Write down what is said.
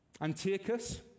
Antiochus